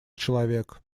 человек